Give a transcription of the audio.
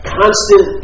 constant